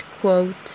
quote